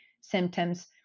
symptoms